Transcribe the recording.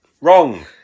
Wrong